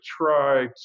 try